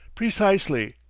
precisely.